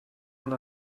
und